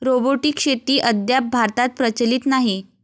robotic शेती अद्याप भारतात प्रचलित नाही